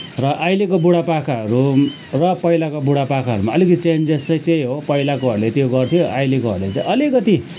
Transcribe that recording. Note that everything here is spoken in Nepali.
र अहिलोको बुढापाकाहरू र पहिलाका बुढापाकाहरूमा अलिकति चेन्जेस चाहिँ त्यही हो पहिलाकोहरू ले त्यो गऱ्थ्यो अहिलेकोहरूले चाहिँ अलिकति